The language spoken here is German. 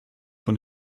von